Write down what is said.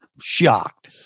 shocked